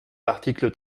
l’article